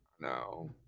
no